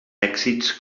èxits